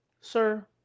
sir